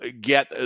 get